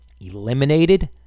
eliminated